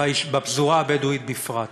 בפזורה הבדואית בפרט?